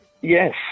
Yes